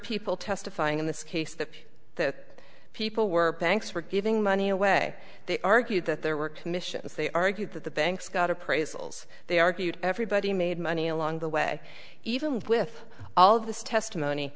people testifying in this case that the people were banks were giving money away they argued that there were commissions they argued that the banks got appraisals they argued everybody made money along the way even with all of this testimony